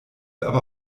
aber